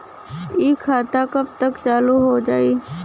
इ खाता कब तक चालू हो जाई?